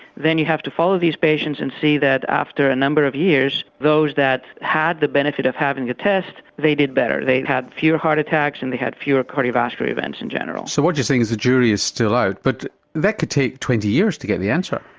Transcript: then you have to follow these patients and see that after a number of years those that had the benefit of having the ah test they did better. they had fewer heart attacks and they had fewer cardiovascular events in general. so what you're saying is the jury is still out but that could take twenty years to get the answer.